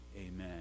amen